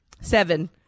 Seven